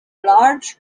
large